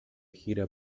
gira